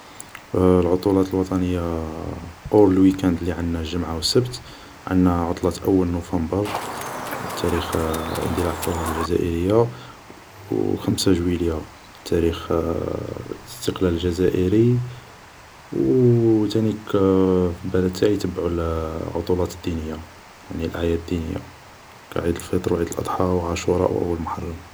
العطلات الوطنية اور الويكاند اللي عندنا الجمعة و السبت ، عندنا عطلة اول نوفمبر تاريخ اندلاع الثورة الجزائرية و خمسة جويلية تاريخ استقلال جزائري ، وتانيك في البلد تاعي يتبعو العطلات الدينية ، يعني الأعياد الدينية كعيد الفطر و عيد الأضحى و عاشوراء و اول محرم